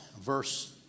verse